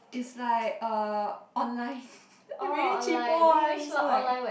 it's like uh online I very cheapo one so like